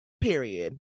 Period